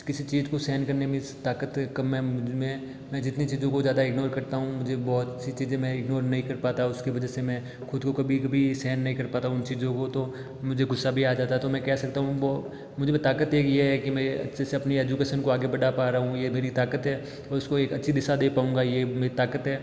किसी चीज को सहन करने में ताकत कम है मुझमें मैं जितनी चीज़ों को ज़्यादा इग्नोर करता हूँ मुझे बहुत सी चीज़ें में इग्नोर नहीं कर पाता उसकी वजह से मैं खुद को कभी कभी सहन नही कर पाता उन चीज़ों को तो मुझे गुस्सा भी आ जाता तो मैं कह सकता हूँ वो मुझमें ताकत एक ये है कि मैं अच्छे से अपनी एजुकेशन को आगे बढ़ा पा रहा हूँ ये मेरी ताकत है और उसको एक अच्छी दिशा दे पाऊंगा ये मेरी ताकत है